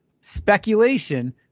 speculation